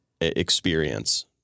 experience